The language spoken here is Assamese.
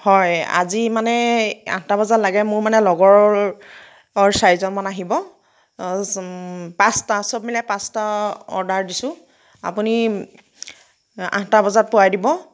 হয় আজি মানে আঠটা বজাত লাগে মোৰ মানে লগৰ চাৰিজন মান আহিব পাঁচটা সব মিলাই পাঁচটা অৰ্ডাৰ দিছোঁ আপুনি আঠটা বজাত পোৱাই দিব